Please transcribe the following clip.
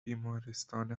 بیمارستان